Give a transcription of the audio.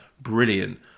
brilliant